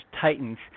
titans